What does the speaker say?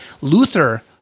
Luther